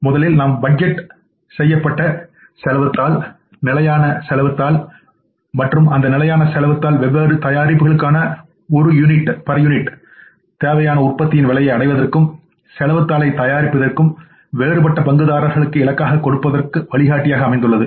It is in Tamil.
முதலில் நாம் பட்ஜெட் செய்யப்பட்ட செலவுத் தாள் நிலையான செலவுத் தாள் மற்றும் அந்த நிலையான செலவுத் தாள் வெவ்வேறு தயாரிப்புகளுக்கான ஒரு யூனிட்டுக்கு தேவையான உற்பத்தியின் விலையை அடைவதற்கும் செலவுத் தாளைத் தயாரிப்பதற்கும் வேறுபட்ட பங்குதாரர்களுக்கு இலக்காகக் கொடுப்பதற்கும் வழிகாட்டியாக உள்ளது